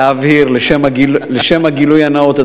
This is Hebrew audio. להבהיר לשם הגילוי הנאות,